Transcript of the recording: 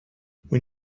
when